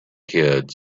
kids